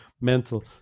Mental